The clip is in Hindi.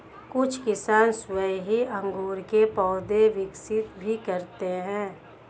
कुछ किसान स्वयं ही अंगूर के पौधे विकसित भी करते हैं